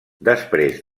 després